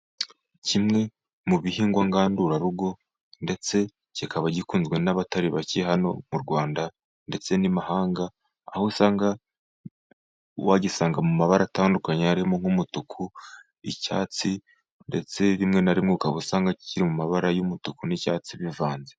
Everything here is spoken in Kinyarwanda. Kimwe mu bihingwa ngandurarugo, ndetse kikaba gikunzwe n'abatari bake hano mu Rwanda ndetse n'imahanga, aho usanga wagisanga mu mabara atandukanye harimo nk'umutuku, icyatsi, ndetse rimwe na rimwe ukaba usanga kiri mu mabara y'umutuku n'icyatsi bivanze.